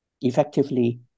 effectively